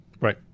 Right